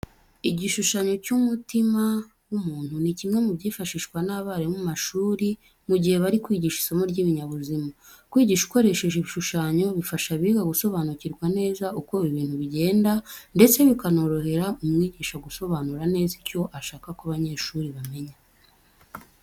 Igishushanyo cy'umutima w'umuntu ni kimwe mu byifashishwa n'abarimu mu mashuri mu gihe bari kwigisha isomo ry'ibinyabuzima. Kwigisha ukoresheje ibishushanyo bifasha abiga gusobanukirwa neza uko ibintu bigenda ndetse bikanorohera umwigisha gusobanura neza icyo ashaka ko abanyeshuri bamenya.